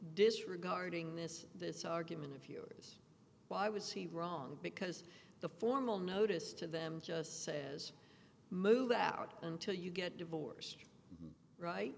disregarding this this argument if you why was he wrong because the formal notice to them just says move out until you get divorced right